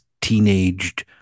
teenaged